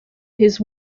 his